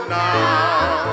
now